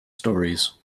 stories